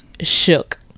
shook